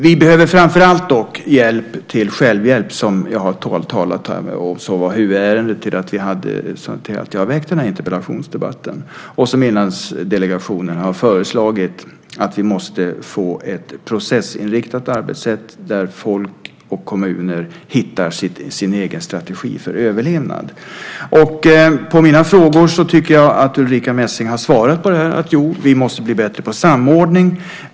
Vi behöver dock framför allt hjälp till självhjälp, och det var huvudskälet till att jag väckte interpellationen. Inlandsdelegationen har föreslagit att det ska vara ett processinriktat arbetssätt där folk och kommuner hittar sin egen strategi för överlevnad. Jag tycker att Ulrica Messing har svarat på mina frågor: Jo, vi måste bli bättre på samordning.